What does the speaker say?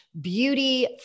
beauty